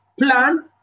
Plan